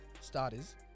starters